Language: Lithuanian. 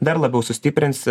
dar labiau sustiprins